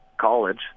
college